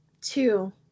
two